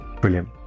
Brilliant